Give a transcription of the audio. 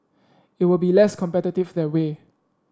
it will be less competitive that way